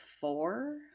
four